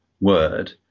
word